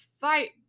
fight